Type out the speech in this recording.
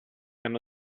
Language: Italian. hanno